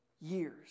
years